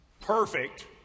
perfect